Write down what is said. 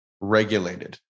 regulated